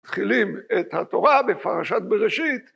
מ‫תחילים את התורה בפרשת בראשית.